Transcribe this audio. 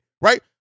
Right